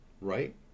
Right